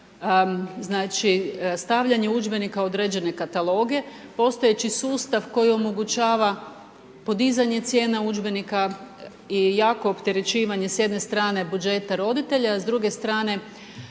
sustav stavljanja udžbenika određene kataloge, postojeći sustav koji omogućava podizanje cijene udžbenika je jako opterećivanje s jedne strane budžeta roditelja, a s druge strane